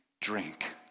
drink